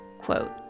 quote